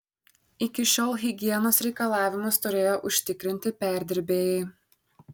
iki šiol higienos reikalavimus turėjo užtikrinti perdirbėjai